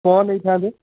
କ'ଣ ନେଇଥାନ୍ତେ